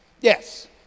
Yes